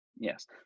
Yes